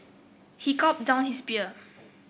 he gulped down his beer